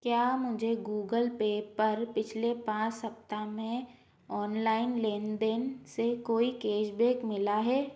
क्या मुझे Google Pay पिछले पाँच सप्ताह में ऑनलाइन लेन देन से कोई केशबेक मिला है